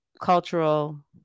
cultural